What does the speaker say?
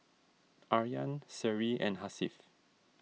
Aryan Seri and Hasif